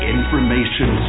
Information